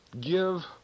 Give